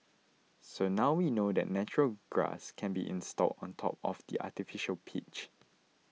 so now we know that natural grass can be installed on top of the artificial pitch